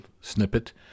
snippet